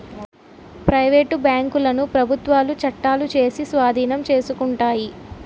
private బ్యాంకులను ప్రభుత్వాలు చట్టాలు చేసి స్వాధీనం చేసుకుంటాయి